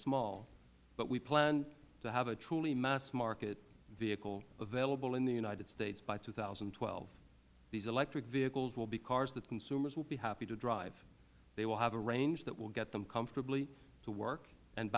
small but we plan to have a truly mass market vehicle available in the united states by two thousand and twelve these electric vehicles will be cars that consumers will be happy to drive they will have a range that will get them comfortably to work and